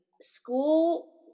school